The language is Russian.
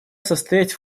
состоять